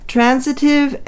Transitive